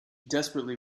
desperately